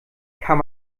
kann